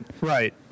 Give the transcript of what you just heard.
Right